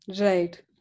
right